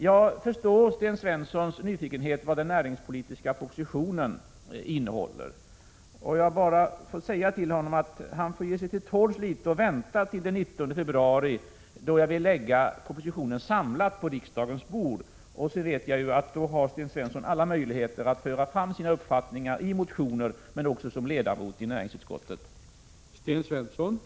Jag förstår Sten Svenssons nyfikenhet beträffande den näringspolitiska propositionens innehåll. Jag vill bara be honom att ge sig till tåls litet och vänta till den 19 februari, då jag vill lägga fram en samlad proposition på riksdagens bord. Därefter har ju Sten Svensson alla möjligheter att föra fram sina uppfattningar i motioner, men också i näringsutskottet, där han är ledamot.